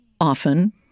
often